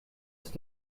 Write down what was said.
ist